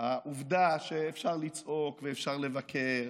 העובדה היא שאפשר לצעוק ואפשר לבקר,